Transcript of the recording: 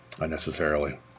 unnecessarily